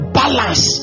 balance